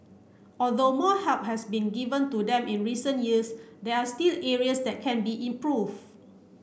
although more help has been given to them in recent years there are still areas that can be improved